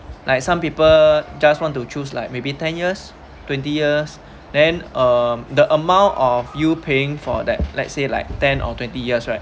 like some people just want to choose like maybe ten years twenty years then uh the amount of you paying for that let's say like ten or twenty years right